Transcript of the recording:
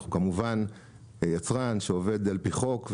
אנחנו כמובן יצרן שעובד על פי חוק,